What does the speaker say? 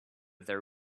their